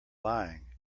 lying